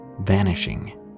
vanishing